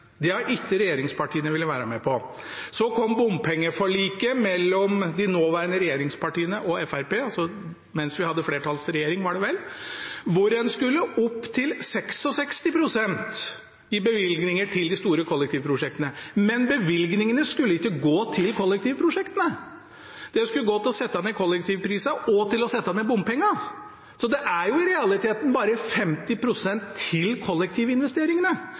Det har ikke regjeringspartiene villet være med på. Så kom bompengeforliket mellom de nåværende regjeringspartiene og Fremskrittspartiet – mens vi hadde flertallsregjering, var det vel – der en skulle opp til 66 pst. i bevilgninger til de store kollektivprosjektene. Men bevilgningene skulle ikke gå til kollektivprosjektene. De skulle gå til å sette ned kollektivprisene og til å sette ned bompengene, så det er i realiteten bare 50 pst. til kollektivinvesteringene,